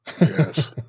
yes